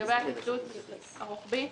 לגבי הקיצוץ הרוחבי,